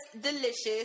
delicious